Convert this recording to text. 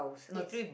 yes